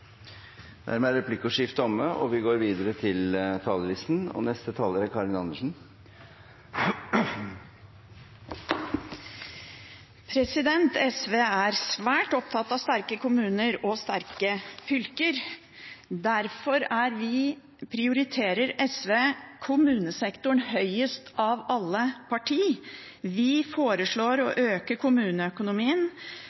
er omme. SV er svært opptatt av sterke kommuner og sterke fylker. Derfor prioriterer SV kommunesektoren høyest – av alle partiene. Vi foreslår å